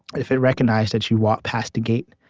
if it recognized that you walked past a gate,